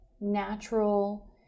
natural